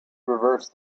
reversed